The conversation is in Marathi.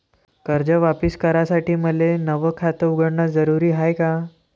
कर्ज वापिस करासाठी मले नव खात उघडन जरुरी हाय का?